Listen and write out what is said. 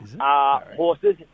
Horses